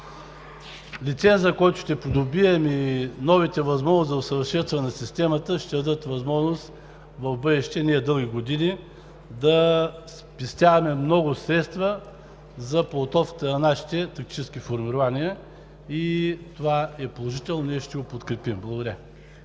Лицензът, който ще придобием, и новите възможности за усъвършенстване на системата ще дадат възможност в бъдеще ние дълги години да спестяваме много средства за подготовката на нашите тактически формирования, и това е положително. Ние ще го подкрепим.